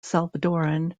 salvadoran